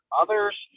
others